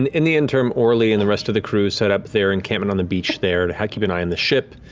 and in the interim, orly and the rest of the crew set up there encampment on the beach there to help keep an eye on the ship,